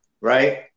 right